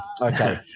Okay